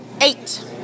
eight